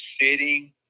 sitting